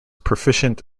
proficient